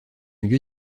lieu